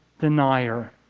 denier